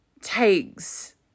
takes